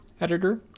editor